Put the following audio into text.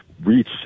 reach